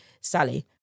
Sally